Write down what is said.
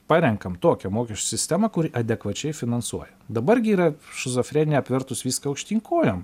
parenkam tokią mokesčių sistemą kuri adekvačiai finansuoja dabar gi yra šizofrenija apvertus viską aukštyn kojom